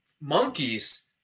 monkeys